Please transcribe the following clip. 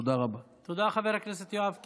תודה רבה, חבר הכנסת יואב קיש.